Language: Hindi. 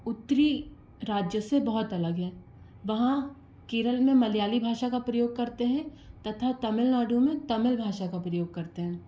उत्तरी राज्य से बहुत अलग है वहाँ केरल में मलयाली भाषा का प्रयोग करते हैं तथा तमिलनाडु में तमिल भाषा का प्रयोग करते हैं